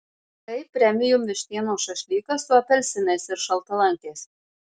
tai premium vištienos šašlykas su apelsinais ir šaltalankiais